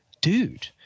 dude